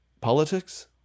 politics